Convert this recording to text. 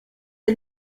est